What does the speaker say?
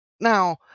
Now